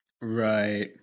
Right